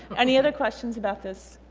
any other questions about this?